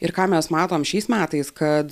ir ką mes matom šiais metais kad